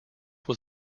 was